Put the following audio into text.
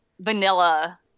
vanilla